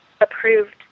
approved